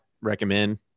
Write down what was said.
recommend